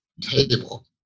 table